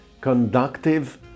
conductive